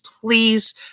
please